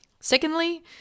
Secondly